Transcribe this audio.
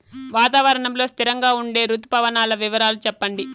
వాతావరణం లో స్థిరంగా ఉండే రుతు పవనాల వివరాలు చెప్పండి?